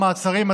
מעצרים),